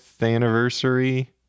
anniversary